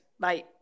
Bye